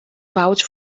vouch